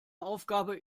aufgabe